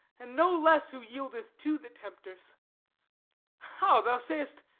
and no less who yieldeth to the tempters how, thou say'st,